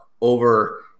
over